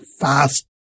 fast